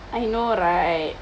I know right